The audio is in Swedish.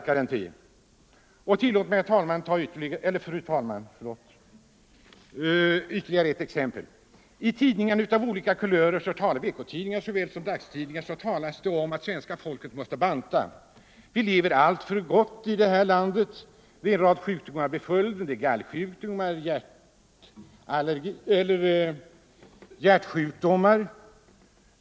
Tillåt mig, fru talman, att ta ytterligare ett exempel. I tidningar av olika kulörer, veckotidningar såväl som dagstidningar, talas det om att svenska folket måste banta. Vi lever alltför gott i det här landet. En rad sjukdomar blir följden — gallsjukdomar, hjärtsjukdomar etc.